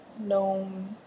known